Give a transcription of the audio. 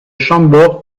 chambord